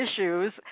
issues